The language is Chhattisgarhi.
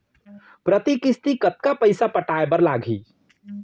प्रति किस्ती कतका पइसा पटाये बर लागही?